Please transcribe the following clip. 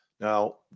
Now